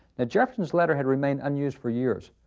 ah jefferson's letter had remained unused for years.